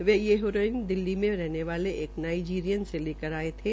वे यह हेरोइन दिल्ली में रहने वाले एक नाईजीरिया निवासी से लेकर आये थे